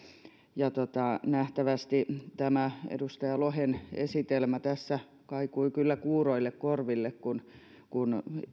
nähtävästi tämä edustaja lohen esitelmä kaikui kyllä kuuroille korville kun